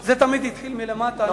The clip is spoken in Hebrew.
זה תמיד התחיל מלמטה.